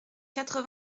quatre